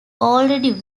already